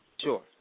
Sure